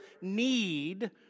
need